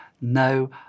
no